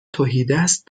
تهیدست